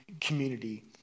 community